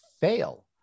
fail